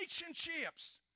relationships